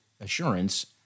Assurance